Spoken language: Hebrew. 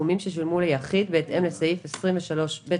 סכומים ששולמו ליחיד בהתאם לסעיף 23(ב3)